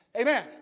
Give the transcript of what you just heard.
Amen